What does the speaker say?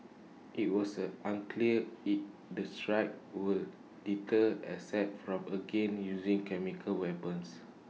IT was unclear if the strikes will deter Assad from again using chemical weapons